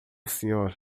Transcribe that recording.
senhor